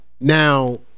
Now